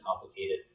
complicated